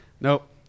Nope